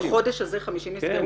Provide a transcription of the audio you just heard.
בחודש הזה 50 אתרי בניה נסגרו?